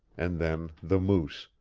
and then the moose,